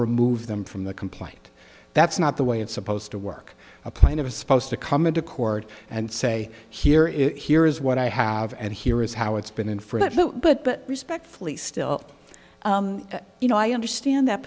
remove them from the complaint that's not the way it's supposed to work a plan it was supposed to come into court and say here is here is what i have and here is how it's been in for it but respectfully still you know i understand that